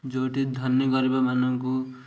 ଯେଉଁଠି ଧନୀ ଗରିବମାନଙ୍କୁ